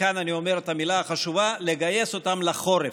כאן אני אומר את המילה החשובה: לגייס אותם לחורף.